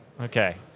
Okay